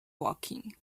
woking